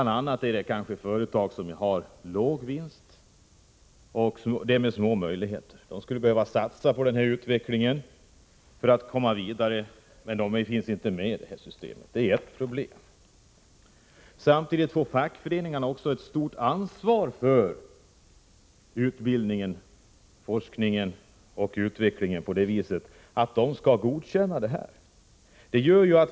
Det finns företag som har låga vinster och därmed små möjligheter att avsätta medel. De skulle behöva satsa på utveckling för att komma vidare, men de finns inte med i det här systemet — det är ett problem. Samtidigt får fackföreningarna ett stort ansvar för utbildningen, forskningen och utvecklingen på det viset att de skall godkänna satsningen.